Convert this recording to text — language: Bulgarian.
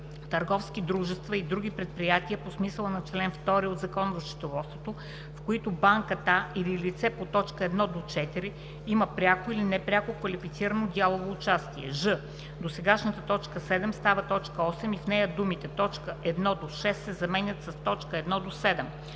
търговски дружества и други предприятия по смисъла на чл. 2 от Закона за счетоводството, в които банката или лице по т. 1 4 има пряко или непряко квалифицирано дялово участие;“ ж) досегашната т. 7 става т. 8 и в нея думите „т. 1-6“ се заменят с „т. 1-7”;